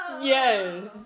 Yes